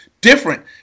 different